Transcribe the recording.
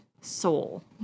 soul